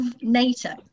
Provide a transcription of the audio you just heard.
NATO